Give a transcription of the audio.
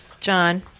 John